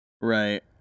right